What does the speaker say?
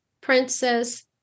Princess